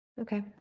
Okay